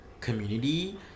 community